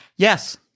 Yes